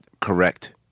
correct